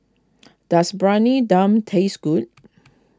does Dum taste good